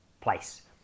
place